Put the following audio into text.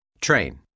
Train